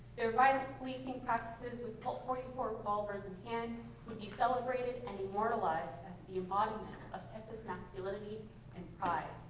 their violent policing practices with colt forty four revolvers in hand would be celebrated and immortalized as the embodiment of texas masculinity and pride.